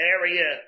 area